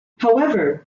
however